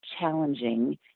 challenging